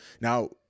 Now